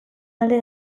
alde